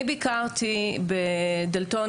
אני ביקרתי בדלתון